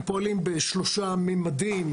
הם פועלים בשלושה ממדים,